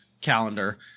calendar